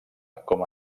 com